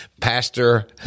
Pastor